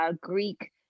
Greek